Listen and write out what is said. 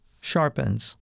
sharpens